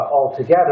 altogether